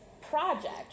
project